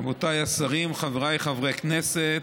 רבותיי השרים, חבריי חברי הכנסת,